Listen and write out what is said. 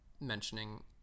mentioning